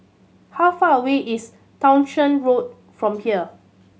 how far away is Townshend Road from here